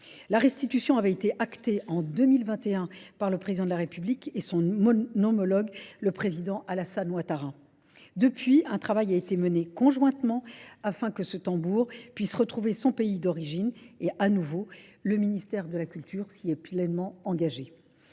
La restitution avait été actée en 2021 par le président de la République et son nomologue, le président Alassane Ouattara. Depuis, un travail a été mené conjointement afin que ce tambour puisse retrouver son pays d'origine et, à nouveau, le ministère de la Culture s'y est pleinement engagé.